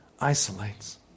isolates